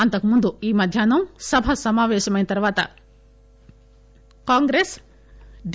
అంతకుముందు ఈ మధ్యాహ్నం సభ సమాపేశమైన తర్వాత కాంగ్రెస్ డి